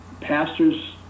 pastors